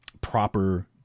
proper